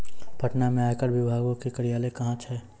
पटना मे आयकर विभागो के कार्यालय कहां छै?